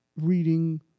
reading